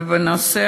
3. בנושא